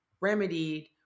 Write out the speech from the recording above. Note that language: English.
remedied